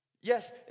Yes